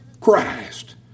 Christ